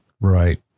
Right